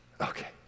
okay